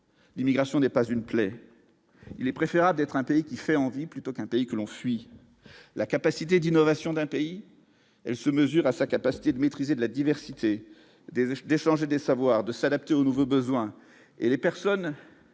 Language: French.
l'immigration n'est pas une clé, il est préférable d'être un pays qui fait envie, plutôt qu'un pays que l'on fuit la capacité d'innovation d'un pays, elle se mesure à sa capacité de maîtrise et de la diversité des Hachd échanger des savoirs, de s'adapter aux nouveaux besoins et les personnes,